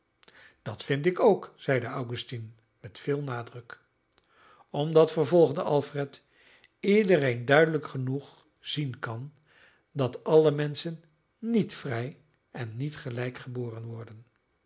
dat vind ik ook zeide augustine met veel nadruk omdat vervolgde alfred iedereen duidelijk genoeg zien kan dat alle menschen niet vrij en niet gelijk geboren worden